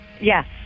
Yes